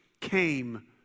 came